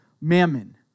mammon